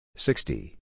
Sixty